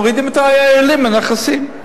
מורידים את הילדים מהנכסים.